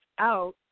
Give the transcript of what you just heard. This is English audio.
out